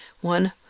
one